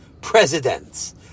presidents